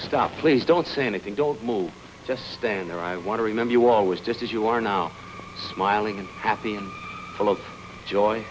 stop please don't say anything don't move just stand there i want to remember you always just as you are now smiling and happy and full of joy